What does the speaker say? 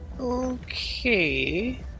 Okay